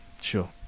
sure